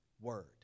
word